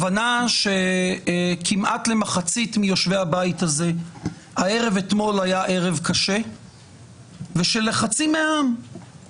הבנה שכמעט למחצית מיושבי הבית הזה הערב אתמול היה ערב קשה ושלחצי מהעם,